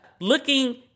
looking